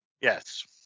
Yes